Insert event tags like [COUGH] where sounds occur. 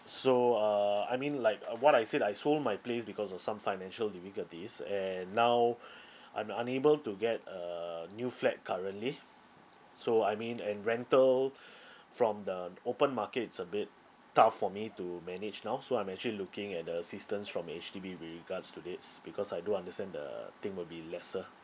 so uh I mean like uh what I said I sold my place because of some financial difficulties and now [BREATH] I'm unable to get a new flat currently so I mean and rental from the open market is a bit tough for me to manage now so I'm actually looking at the assistance from H_D_B with regards to this because I do understand the thing will be lesser